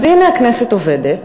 אז הנה, הכנסת עובדת,